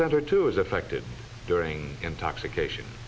center to is affected during intoxication